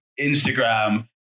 Instagram